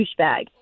douchebag